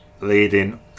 leading